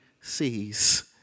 sees